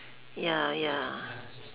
ya ya